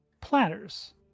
platters